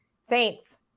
Saints